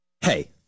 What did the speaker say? Hey